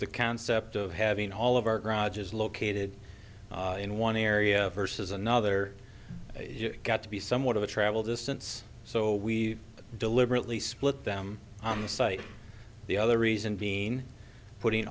the concept of having all of our garage is located in one area versus another got to be somewhat of a travel distance so we deliberately split them on the site the other reason being puttin